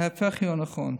ההפך הוא הנכון,